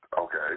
Okay